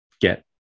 get